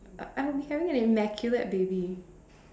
I I would be having an immaculate baby